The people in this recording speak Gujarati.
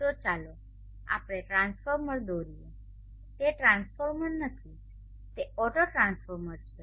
તો ચાલો આપણે ટ્રાન્સફોર્મર દોરીએ તે ટ્રાન્સફોર્મર નથી તે ઓટોટ્રાન્સફોર્મર છે